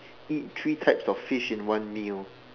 eat three types of fish in one meal